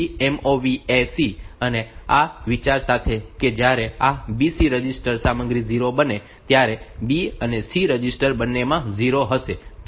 તેથી MOV AC અને આ વિચાર સાથે કે જ્યારે આ BC રજિસ્ટર સામગ્રી 0 બનશે ત્યારે B અને C રજિસ્ટર બંનેમાં 0 હશે